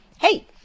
Hey